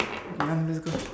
okay come let's go